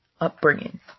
upbringing